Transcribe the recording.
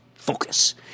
focus